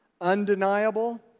undeniable